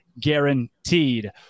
guaranteed